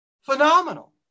Phenomenal